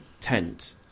tent